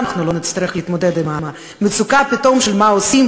אנחנו לא נצטרך להתמודד פתאום עם המצוקה של מה עושים,